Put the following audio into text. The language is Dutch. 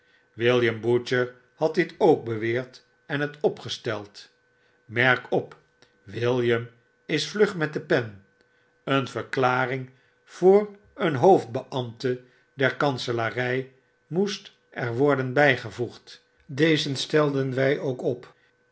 william butcher had dit ook beweerd en het opgesteld merk op william is vlug met de pen een verklaring voor een hoofdbeambte der kanselary moest er worden bygevoegd deze stelden wy ook op